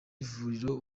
vuriro